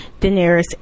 Daenerys